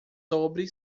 sobre